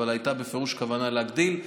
אבל הייתה בפירוש כוונה להגדיל.